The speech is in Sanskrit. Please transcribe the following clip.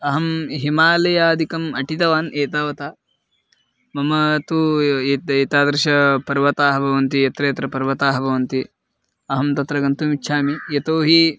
अहं हिमालयादिकम् अटितवान् एतावता मम तु एत् एतादृशापर्वताः भवन्ति यत्र यत्र पर्वताः भवन्ति अहं तत्र गन्तुमिच्छामि यतो हि